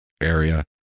area